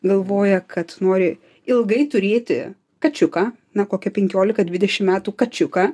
galvoja kad nori ilgai turėti kačiuką na kokia penkiolika dvidešimt metų kačiuką